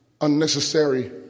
unnecessary